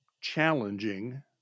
challenging